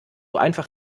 einfach